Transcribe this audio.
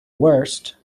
worst